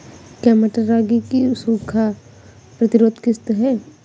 क्या मटर रागी की सूखा प्रतिरोध किश्त है?